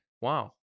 Wow